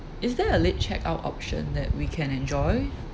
is there a late check-out option that we can enjoy